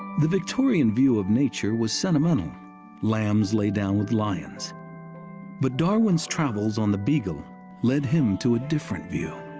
the victorian view of nature was sentimental lambs lay down with lions but darwin's travels on the beagle led him to a different view.